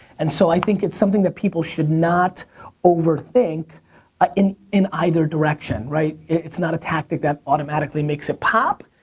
and so i think it's something that people should not overthink ah in in either direction, right? it's not a tactic that automatically makes it pop,